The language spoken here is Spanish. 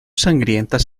sangrientas